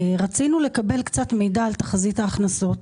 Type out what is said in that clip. רצינו לקבל קצת מידע על תחזית ההכנסות